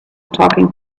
talking